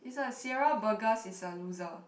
this one Sierra Burgess is a loser